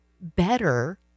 better